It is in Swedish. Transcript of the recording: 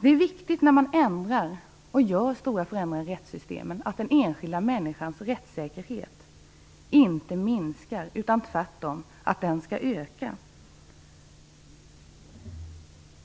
Det är viktigt att den enskilda människans rättssäkerhet inte minskar utan tvärtom ökar när man ändrar och gör stora förändringar i rättssystemen.